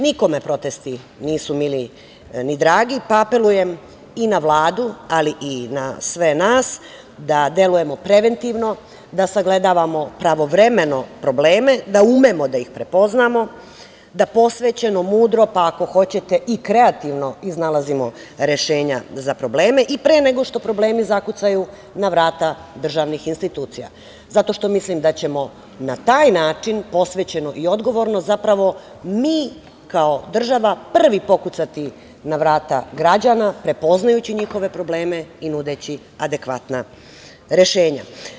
Nikome protesti nisu mili, ni dragi, pa apelujem i na Vladu, ali i na sve nas, da delujemo preventivno, da sagledavamo pravovremeno probleme, da umemo da ih prepoznamo, da posvećeno, mudro, pa ako hoćete, i kreativno iznalazimo rešenja za probleme i pre nego što problemi zakucaju na vrata državnih institucija, zato što mislim da ćemo na taj način posvećeno i odgovorno zapravo mi kao država prvi pokucati na vrata građana, prepoznajući njihove probleme i nudeći adekvatna rešenja.